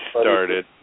started